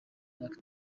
myaka